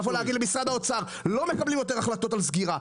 לבוא ולהגיד למשרד האוצר שהם לא מקבלים יותר החלטות על סגירה.